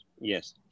yes